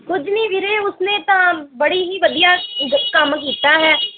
ਕੁਝ ਨਹੀਂ ਵੀਰੇ ਉਸਨੇ ਤਾਂ ਬੜੀ ਹੀ ਵਧੀਆ ਗ ਕੰਮ ਕੀਤਾ ਹੈ